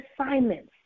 assignments